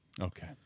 Okay